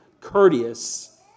courteous